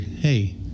Hey